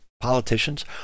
politicians